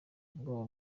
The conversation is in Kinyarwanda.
ubwoba